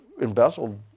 embezzled